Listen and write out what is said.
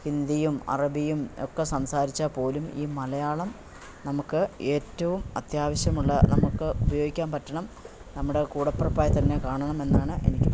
ഹിന്ദിയും അറബിയും ഒക്കെ സംസാരിച്ചാൽപ്പോലും ഈ മലയാളം നമുക്ക് ഏറ്റവും അത്യാവശ്യമുള്ള നമുക്ക് ഉപയോഗിക്കാൻ പറ്റണം നമ്മുടെ കൂടപ്പിറപ്പായി തന്നെ കാണണം എന്നാണ് എനിക്ക്